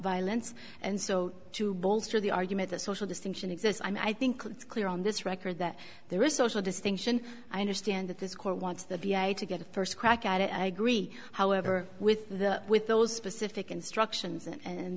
violence and so to bolster the argument that social distinction exists and i think it's clear on this record that there is social distinction i understand that this court wants to get a first crack at it i agree however with the with those specific instructions and